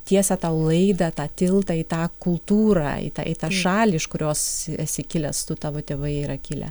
tiesia tau laidą tą tiltą į tą kultūrą į tą į tą šalį iš kurios esi kilęs tu tavo tėvai yra kilę